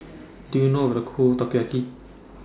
Do YOU know How to Cook Takoyaki